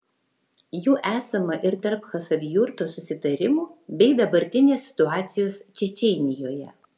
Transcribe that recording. jų esama ir tarp chasavjurto susitarimų bei dabartinės situacijos čečėnijoje